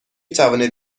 توانید